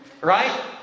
Right